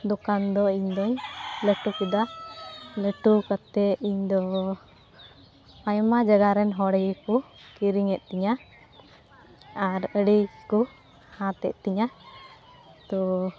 ᱫᱳᱠᱟᱱᱫᱚ ᱤᱧᱫᱚᱧ ᱞᱟᱹᱴᱩᱠᱮᱫᱟ ᱞᱟᱹᱴᱩ ᱠᱟᱛᱮᱫ ᱤᱧᱫᱚ ᱟᱭᱢᱟ ᱡᱟᱜᱟᱨᱮᱱ ᱦᱚᱲᱜᱮᱠᱚ ᱠᱤᱨᱤᱧᱮᱫ ᱛᱤᱧᱟ ᱟᱨ ᱟᱹᱰᱤᱜᱮᱠᱚ ᱦᱟᱛᱮᱫᱛᱤᱧᱟ ᱛᱚ